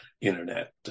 internet